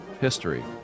history